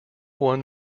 one